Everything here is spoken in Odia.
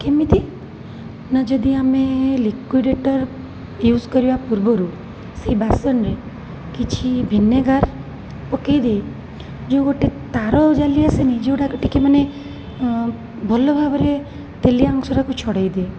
କେମିତି ନା ଯଦି ଆମେ ଲିକୁଇଡ଼ର ୟୁଜ କରିବା ପୂର୍ବରୁ ସେଇ ବାସନରେ କିଛି ଭିନେଗାର ପକାଇଦେଇ ଯେଉଁ ଗୋଟେ ତାର ଜାଲି ଆସେନି ଯେଉଁଟାକ ଟିକିଏ ମାନେ ଅଁ ଭଲ ଭାବରେ ତେଲିଆ ଅଂଶଟାକୁ ଛଡ଼ାଇ ଦିଏ